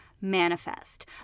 manifest